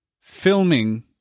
filming